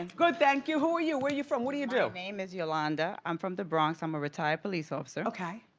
good thank you, who are you? where you from, what do you do? my name is yolanda, i'm from the bronx. i'm a retired police officer. okay.